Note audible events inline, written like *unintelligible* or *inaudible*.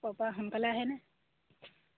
*unintelligible* সোনকালে আহেনে